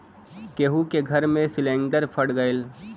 केहु के घर मे सिलिन्डर फट गयल